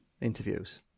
interviews